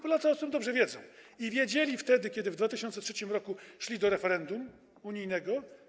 Polacy o tym dobrze wiedzą i wiedzieli wtedy, kiedy w 2003 r. szli do referendum unijnego.